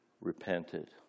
repented